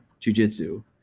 jujitsu